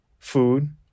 food